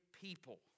people